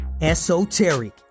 esoteric